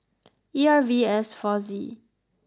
E R V S four Z